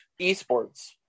eSports